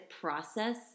process